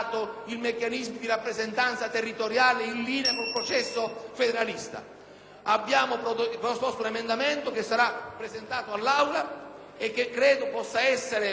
abbiamo proposto un emendamento, che sarà presentato all'Aula e che credo possa costituire una clausola di salvaguardia per garantire che anche le esperienze